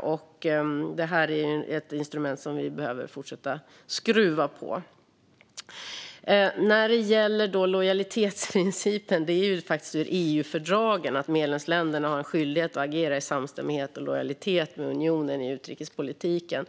och det är ett instrument vi behöver fortsätta skruva på. När det gäller lojalitetsprincipen är det faktiskt en del av EU-fördragen att medlemsländerna har en skyldighet att agera i samstämmighet och lojalitet med unionen i utrikespolitiken.